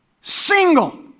single